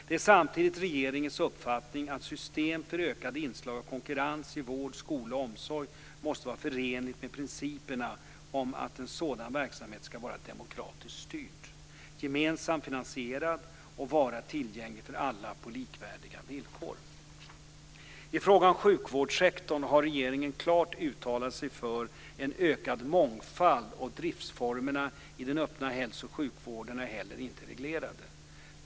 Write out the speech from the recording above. Det är samtidigt regeringens uppfattning att system för ökat inslag av konkurrens i vård, skola och omsorg måste vara förenliga med principerna om att en sådan verksamhet ska vara demokratiskt styrd, gemensamt finansierad och vara tillgänglig för alla på likvärdiga villkor. I fråga om sjukvårdssektorn har regeringen klart uttalat sig för en ökad mångfald, och driftsformerna i den öppna hälso och sjukvården är heller inte reglerade.